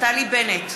נפתלי בנט,